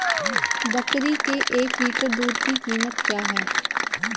बकरी के एक लीटर दूध की कीमत क्या है?